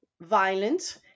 violent